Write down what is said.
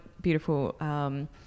beautiful –